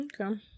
Okay